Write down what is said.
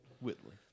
Whitley